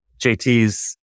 JT's